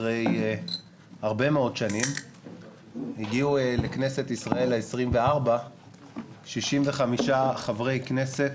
אחרי הרבה מאוד שנים הגיעו לכנסת ה-24 בישראל 65 חברי כנסת